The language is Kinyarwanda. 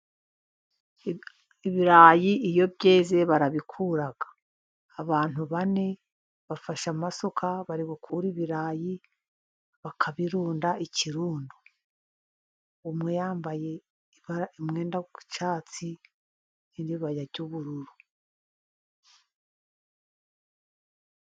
Ibirayi iyo byeze barabikura, abantu bane bafashe amasuka bari gukura ibirayi bakabirunda ikirundo. Umwe yambaye ibara umwenda w'icyatsi n'iribaya ry'ubururu.